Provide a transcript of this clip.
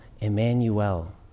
Emmanuel